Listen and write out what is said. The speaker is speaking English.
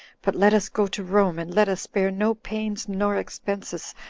but let us go to rome, and let us spare no pains nor expenses,